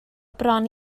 bron